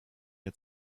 mir